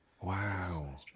Wow